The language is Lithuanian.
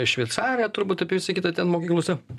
šveicariją turbūt apie visą kitą ten mokyklose